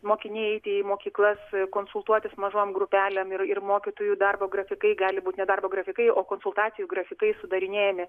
mokiniai eiti į mokyklas konsultuotis mažom grupelėm ir mokytojų darbo grafikai gali būt nedarbo grafikai o konsultacijų grafikai sudarinėjami